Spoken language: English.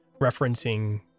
referencing